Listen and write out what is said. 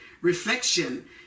reflection